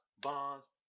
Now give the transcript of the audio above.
bonds